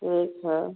ठीक है